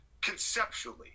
conceptually